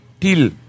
till